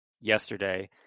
yesterday